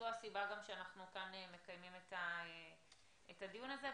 זו הסיבה גם שאנחנו כאן מקיימים את הדיון הזה.